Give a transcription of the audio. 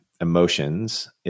emotions